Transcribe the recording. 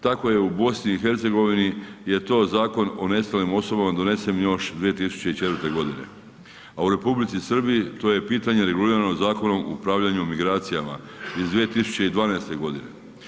Tako je u BiH je to Zakon o nestalim osobama donesen još 204 godine a u Republici Srbiji to je pitanje regulirano Zakonom o upravljanju migracijama iz 2012. godine.